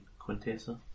Quintessa